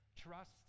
trust